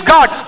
God